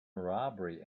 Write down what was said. robbery